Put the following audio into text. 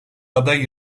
aday